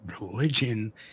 religion